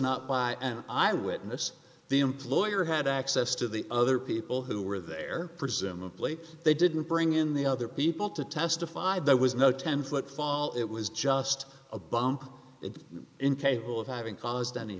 not by an eye witness the employer had access to the other people who were there presumably they didn't bring in the other people to testify there was no ten foot fall it was just a bump it was incapable of having caused any